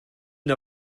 une